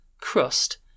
crust